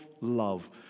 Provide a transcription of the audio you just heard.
love